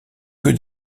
que